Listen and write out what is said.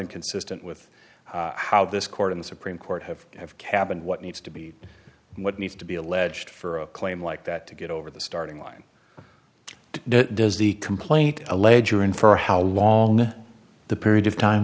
inconsistent with how this court and the supreme court have cap and what needs to be what needs to be alleged for a claim like that to get over the starting line does the complaint a ledger and for how long the period of time